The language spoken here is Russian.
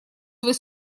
свой